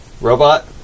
Robot